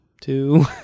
two